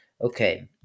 Okay